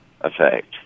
effect